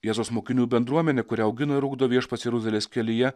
jėzaus mokinių bendruomenė kurią augina ir ugdo viešpats jeruzalės kelyje